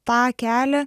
tą kelią